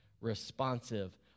responsive